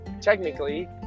technically